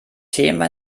thema